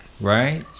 right